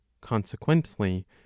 consequently